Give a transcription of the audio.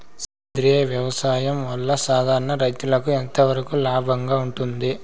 సేంద్రియ వ్యవసాయం వల్ల, సాధారణ రైతుకు ఎంతవరకు లాభంగా ఉంటుంది?